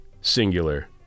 singular